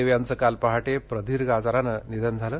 देव यांचं काल पहाटे प्रदीर्घ आजारानं निधन झालं